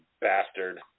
bastard